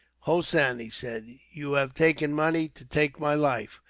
hossein, he said, you have taken money to take my life.